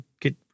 get